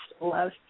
love